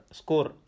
score